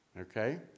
Okay